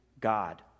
God